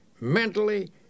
mentally